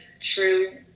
true